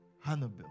Hannibal